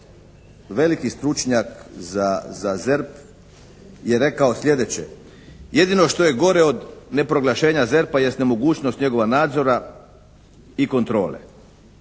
veliki stručnjak za ZERP je rekao sljedeće: jedino što je gore od neproglašenja ZERP-a jest nemogućnost njegova nadzora i kontrole.